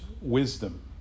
wisdom